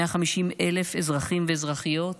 150,000 אזרחים ואזרחיות